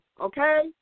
okay